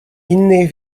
innych